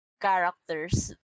characters